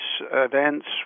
events